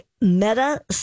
Meta